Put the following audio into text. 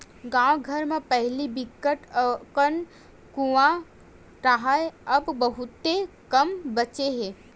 गाँव घर म पहिली बिकट अकन कुँआ राहय अब बहुते कमती बाचे हे